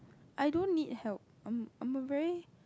I don't need help I'm I'm a very